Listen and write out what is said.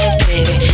baby